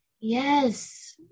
Yes